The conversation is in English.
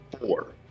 four